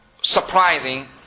surprising